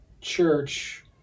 church